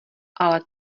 ale